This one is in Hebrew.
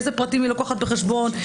אילו פרטים היא לוקחת בחשבון,